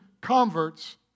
converts